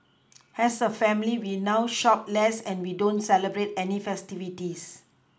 has a family we now shop less and we don't celebrate any festivities